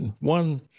One